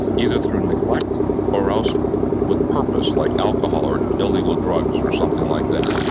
either through neglect or else with purpose like alcohol or illegal drugs or something like that.